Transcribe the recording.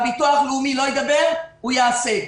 הביטוח הלאומי לא ידבר, הוא יעשה.